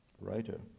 writer